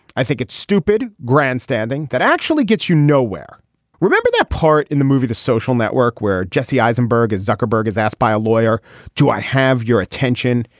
i think it's stupid grandstanding that actually gets you nowhere remember that part in the movie the social network where jesse eisenberg as zuckerberg is asked by a lawyer to i have your attention.